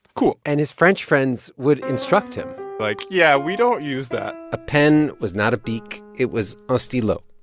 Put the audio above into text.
cool and his french friends would instruct him like, yeah, we don't use that a pen was not a beek it was un ah stylo.